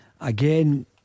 Again